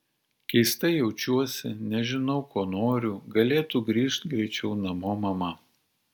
keistai jaučiuosi nežinau ko noriu galėtų grįžt greičiau namo mama